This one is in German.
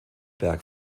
berg